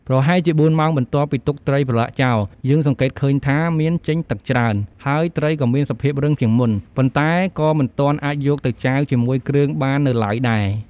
ប្រហែលជាបួនម៉ោងបន្ទាប់ពីទុកត្រីប្រឡាក់ចោល យើងសង្កេតឃើញថាមានចេញទឹកច្រើន ហើយត្រីក៏មានសភាពរឹងជាងមុន ប៉ុន្តែក៏មិនទាន់អាចយកទៅចាវជាមួយគ្រឿងបាននៅឡើយដែរ។